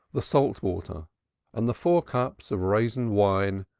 the salt water and the four cups of raisin wine,